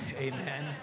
amen